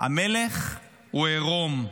המלך הוא עירום.